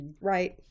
right